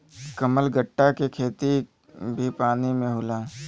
कमलगट्टा के खेती भी पानी में होला